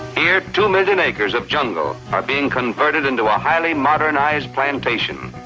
here, two million acres of jungle are being converted into a highly modernized plantation,